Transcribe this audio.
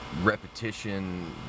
repetition